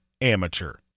amateur